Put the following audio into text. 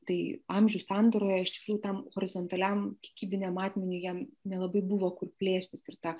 tai amžių sandūroje iš tikrųjų tam horizontaliam kiekybinė matmeniui jam nelabai buvo kur plėstis ir ta